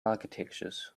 architectures